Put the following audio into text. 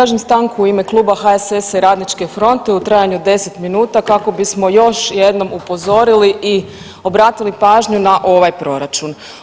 Tražim stanku u ime Kluba HSS-a i Radničke fronte u trajanju od 10 minuta kako bismo još jednom upozorili i obratili pažnju na ovaj proračun.